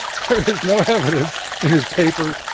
there is no evidence in his papers,